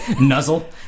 Nuzzle